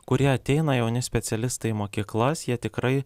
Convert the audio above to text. kuri ateina jauni specialistai į mokyklas jie tikrai